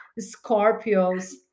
Scorpios